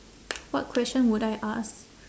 what question would I ask